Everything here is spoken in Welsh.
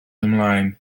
ymlaen